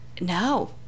No